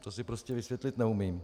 To si prostě vysvětlit neumím.